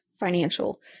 Financial